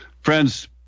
Friends